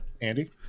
Andy